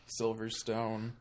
Silverstone